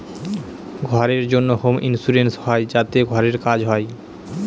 ঘরের জন্য home insurance হয় যাতে ঘরের কাজ হয়